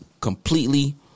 completely